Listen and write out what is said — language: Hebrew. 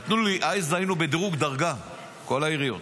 אז היינו בדירוג דרגה בכל העיריות.